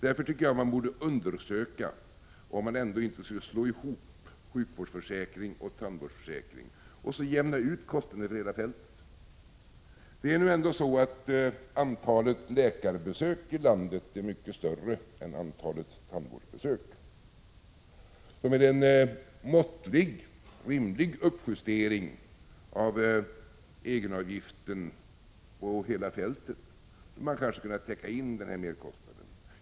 Därför tycker jag att man borde undersöka om man ändå inte skulle slå ihop sjukvårdsförsäkring och tandvårdsförsäkring och jämna ut kostnaderna över hela fältet. Antalet läkarbesök i landet är ju mycket större än antalet tandläkarbesök. Med en måttlig, rimlig uppjustering av egenavgiften över hela fältet skulle man kanske kunna täcka in den här merkostnaden.